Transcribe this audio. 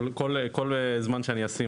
כל זמן שאני אשים,